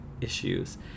issues